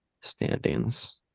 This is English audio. standings